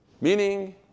meaning